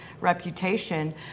reputation